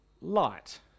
light